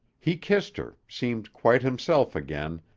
he kissed her, seemed quite himself again,